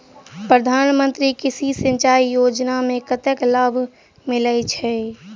प्रधान मंत्री कृषि सिंचाई योजना मे कतेक लाभ मिलय छै?